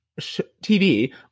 TV